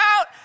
out